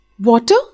Water